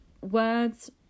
words